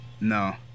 No